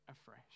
afresh